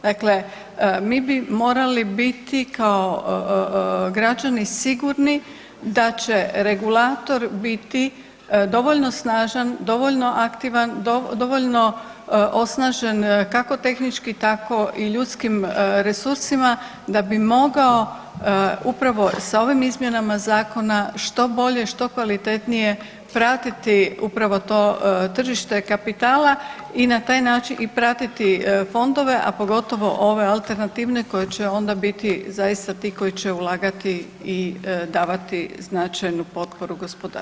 Dakle, mi bi morali biti kao građani sigurni da će regulator biti dovoljno snažan, dovoljno aktivan, dovoljno osnažen kako tehničkim tako i ljudskim resursima da bi mogao upravo sa ovim izmjenama zakona što bolje i što kvalitetnije pratiti upravo to tržište kapitala i pratiti fondove, a pogotovo ove alternativne koji će onda biti zaista ti koji će ulagati i davati značajnu potporu gospodarstvu.